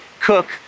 cook